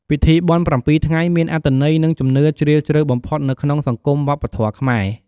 ពិធីបុណ្យប្រាំពីរថ្ងៃមានអត្ថន័យ និងជំនឿជ្រាលជ្រៅបំផុតនៅក្នុងសង្គមវប្បធម៌ខ្មែរ។